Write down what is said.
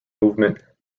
movement